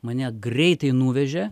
mane greitai nuvežė